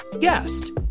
guest